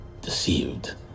deceived